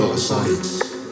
Science